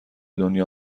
دنیا